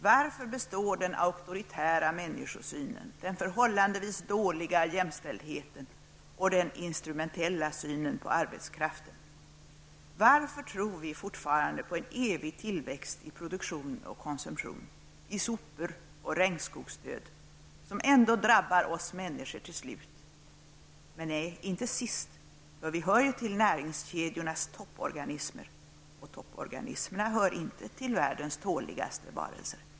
Varför består den auktoritära människosynen, den förhållandevis dåliga jämställdheten och den instrumentella synen på arbetskraften? Varför tror vi fortfarande på en evig tillväxt i produktion och konsumtion, i sopor och regnskogsdöd, som ändå drabbar oss människor till slut. Nej, inte sist, för vi hör ju till näringskedjornas topporganismer, och topporganismerna hör inte till världens tåligaste varelser.